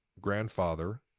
grandfather